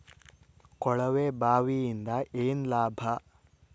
ಕೊಳವೆ ಬಾವಿಯಿಂದ ಏನ್ ಲಾಭಾ?